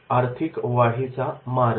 आर्थिक वाढीचा मार्ग